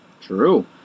True